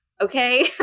Okay